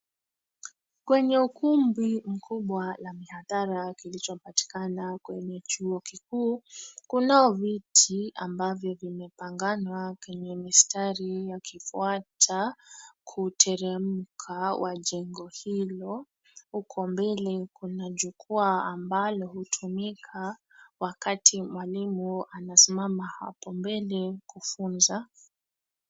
Kwenye ukumbi mkubwa la mihadhara kilichopatikana kwenye chuo kikuu kuna viti ambavyo vimepanganwa kwenye mistari yakifuata kuteremka wa jengo hilo. Huko mbele kuna jukwaa ambalo hutumika wakati mwalimu anasimama hapo mbele kufunza.